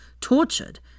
tortured